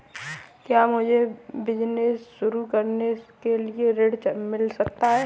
क्या मुझे बिजनेस शुरू करने के लिए ऋण मिल सकता है?